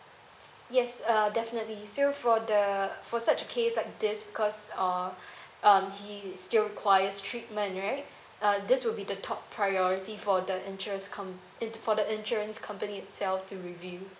yes uh definitely so for the for such a case like this because uh um he's still requires treatment right uh this will be the top priority for the insurance com~ it for the insurance company itself to review